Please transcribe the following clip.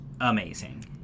amazing